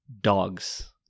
Dogs